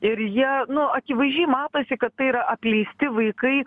ir jie nu akivaizdžiai matosi kad tai yra apleisti vaikai